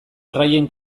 erraien